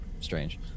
strange